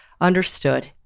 understood